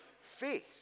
faith